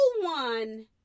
one